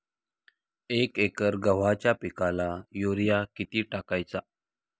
एक एकर गव्हाच्या पिकाला युरिया किती टाकायचा?